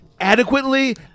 adequately